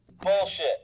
Bullshit